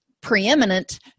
preeminent